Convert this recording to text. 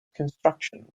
construction